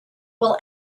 will